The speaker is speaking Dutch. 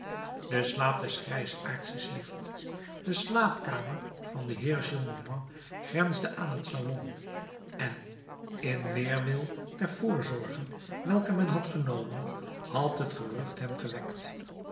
de slaap des grijsaards is licht de slaapkamer van den heer gillenormand grensde aan het salon en in weerwil der voorzorgen welke men had genomen had het gerucht hem gewekt